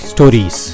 Stories